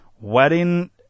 wedding